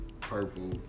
Purple